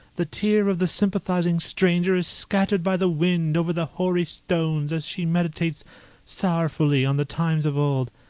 the tear of the sympathising stranger is scattered by the wind over the hoary stones as she meditates sorrowfully on the times of old!